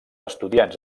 estudiants